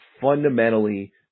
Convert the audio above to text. fundamentally